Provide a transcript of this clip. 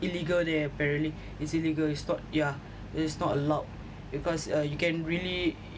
illegal there apparently is illegal it's not yeah it's not allowed because uh you can really